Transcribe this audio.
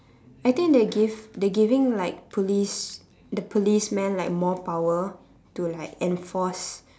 I think they give they giving like police the policemen like more power to like enforce